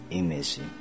image